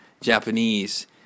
Japanese